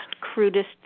crudest